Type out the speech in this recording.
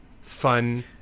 Fun